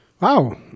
Wow